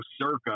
Circa